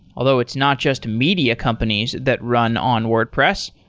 although it's not just media companies that run on wordpress.